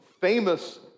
famous